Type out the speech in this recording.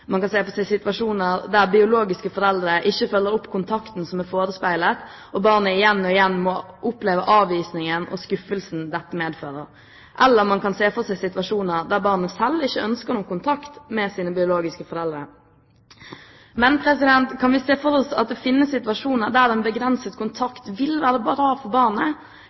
Man kan se for seg situasjoner der biologiske foreldre ikke følger opp kontakten som er forespeilet, og barnet igjen og igjen må oppleve avvisningen og skuffelsen dette medfører. Eller man kan se for seg situasjoner der barnet selv ikke ønsker noen kontakt med sine biologiske foreldre. Men kan vi se for oss at det finnes situasjoner der en begrenset kontakt vil være bra for